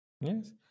yes